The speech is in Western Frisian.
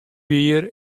jier